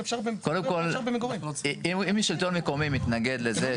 קודם כל אם שלטון מקומי מתנגד לזה.